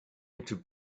into